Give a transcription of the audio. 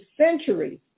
centuries